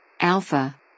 Alpha